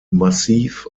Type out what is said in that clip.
massiv